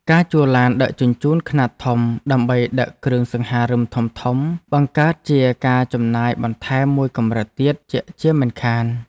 ការជួលឡានដឹកជញ្ជូនខ្នាតធំដើម្បីដឹកគ្រឿងសង្ហារិមធំៗបង្កើតជាការចំណាយបន្ថែមមួយកម្រិតទៀតជាក់ជាមិនខាន។